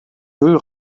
müll